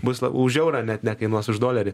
bus už eurą net nekainuos už dolerį